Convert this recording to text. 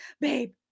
babe